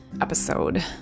episode